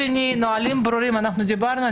שנית, נהלים ברורים עליהם דיברנו.